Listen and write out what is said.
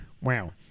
wow